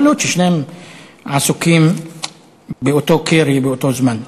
יכול להיות ששניהם עסוקים באותו קרי, באותו זמן.